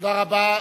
תודה רבה.